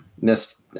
missed